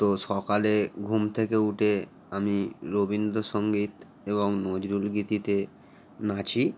তো সকালে ঘুম থেকে উঠে আমি রবীন্দ্রসঙ্গীত এবং নজরুল গীতিতে নাচি